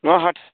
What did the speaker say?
मा